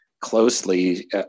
closely